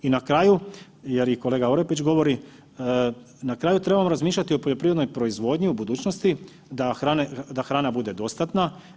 I na kraju jer i kolega Orepić govori, na kraju trebamo razmišljati o poljoprivrednoj proizvodnji u budućnosti da hrana bude dostatna.